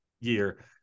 year